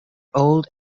old